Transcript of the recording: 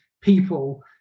people